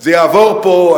זה יעבור פה,